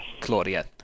Claudia